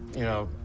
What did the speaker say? you know,